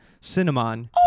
cinnamon